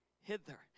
Hither